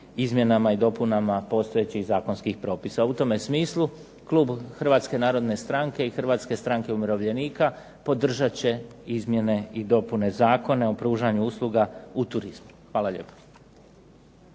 izmjenama i dopunama postojećih zakonskih propisa. U tome smislu klub Hrvatske narodne stranke i Hrvatske stranke umirovljenika podržat će izmjene i dopune Zakona o pružanju usluga u turizmu. Hvala lijepa.